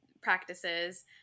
practices